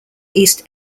east